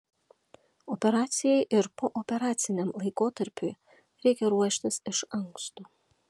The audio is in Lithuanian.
operacijai ir pooperaciniam laikotarpiui reikia ruoštis iš anksto